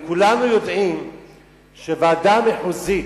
וכולנו יודעים שוועדה מחוזית,